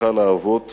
ממשיכה להוות